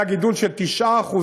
היה גידול של 9%,